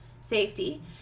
safety